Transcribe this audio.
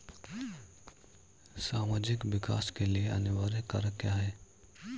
सामाजिक विकास के लिए अनिवार्य कारक क्या है?